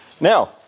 Now